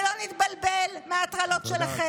ולא נתבלבל מההטרלות שלכם.